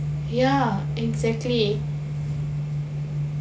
ya exactly